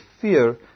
fear